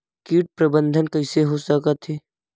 कीट प्रबंधन कइसे हो सकथे?